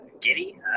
giddy